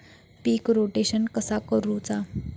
पीक rotation कसा करूचा?